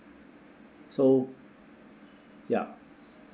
so yup